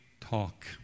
talk